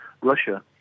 Russia